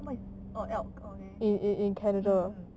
oh my oh elk mm mm